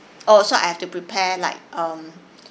oh so I have to prepare like um